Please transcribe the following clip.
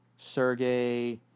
Sergey